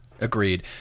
Agreed